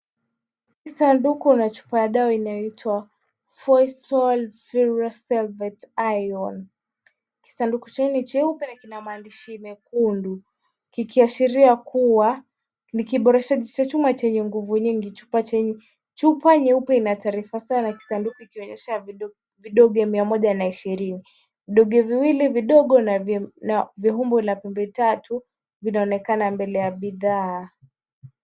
Sanduku ya chupa ya dawa inayoitwa Feosol, Ferrous Sulphate Iron. Kisanduku hiki ni cheupe na kina maandishi mekundu, kikiashiria kuwa ni kiboreshaji cha chuma chenye nguvu nyingi. Chupa yenyewe ina taarifa vikionyesha vidonge mia moja na ishirini. Vidonge viwili vidogo na vya umbo la pembe tatu vinaonekana mbele ya bidhaa.